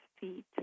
feet